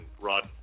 Rod